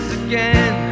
again